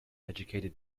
educated